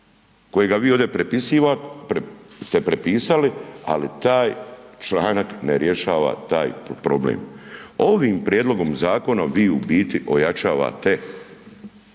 kojega ste vi ovdje prepisali, ali taj članak ne rješava taj problem. Ovim prijedlogom zakona vi u biti ojačavate